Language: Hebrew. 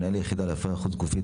מנהל היחידה להפריה חוץ גופית,